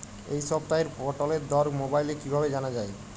এই সপ্তাহের পটলের দর মোবাইলে কিভাবে জানা যায়?